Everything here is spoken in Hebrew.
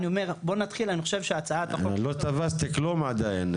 אני אומר בוא נתחיל לא תפסתי כלום עדיין,